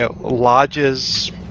Lodges